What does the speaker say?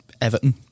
Everton